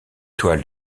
toiles